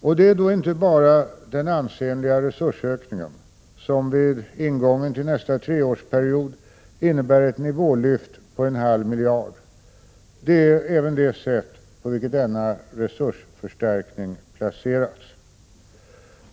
Och det är då inte bara den ansenliga resursökningen, som vid ingången till nästa treårsperiod innebär ett nivålyft 37 på en halv miljard, det är även det sätt på vilket denna resursförstärkning placerats.